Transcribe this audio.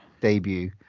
debut